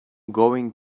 going